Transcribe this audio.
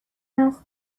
است